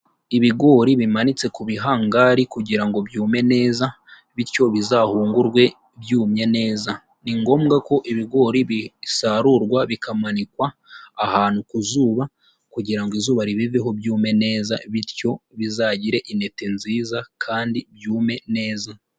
Ibigori bimanitse ku bihangari kugira byume neza, bityo bizahungurwe byumye neza, ni ngombwa ko ibigori bisarurwa bikamanikwa ahantu ku zuba, kugira ngo izuba ribiveho byume neza, bityo bizagire intete nziza kandi byume neza.